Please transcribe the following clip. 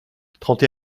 trente